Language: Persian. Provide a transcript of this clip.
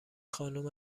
خانم